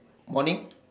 morning